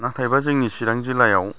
नाथायब्ला जोंनि चिरां जिल्लायाव